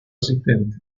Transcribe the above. asistente